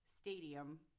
stadium